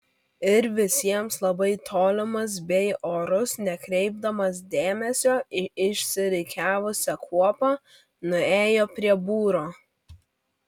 ir visiems labai tolimas bei orus nekreipdamas dėmesio į išsirikiavusią kuopą nuėjo prie būro